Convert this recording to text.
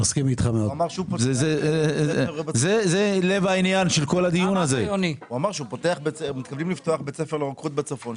הוא אמר שהם מתכוונים לפתוח בית ספר לרוקחות בצפון.